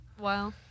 Wow